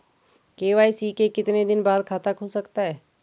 KYC के कितने दिन बाद खाता खुल सकता है?